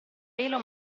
pelo